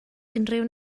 unrhyw